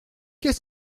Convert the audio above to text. qu’est